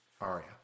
aria